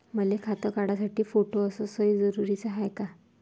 मले खातं काढासाठी फोटो अस सयी जरुरीची हाय का?